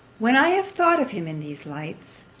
when i have thought of him in these lights,